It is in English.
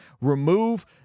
remove